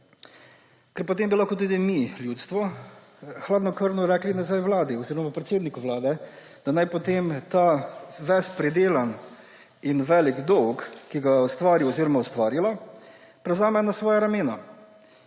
Ker potem bi lahko tudi mi, ljudstvo, hladnokrvno rekli nazaj vladi oziroma predsedniku vlade, da naj potem ves ta pridelan in velik dolg, ki ga je ustvaril oziroma ustvarilo, prevzame na svoje ramena,